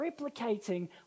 replicating